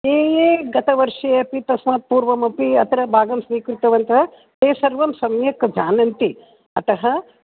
ये ये गतवर्षे अपि तस्मात् पूर्वमपि अत्र भागं स्वीकृतवन्तः ते सर्वं सम्यक् जानन्ति अतः